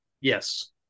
Yes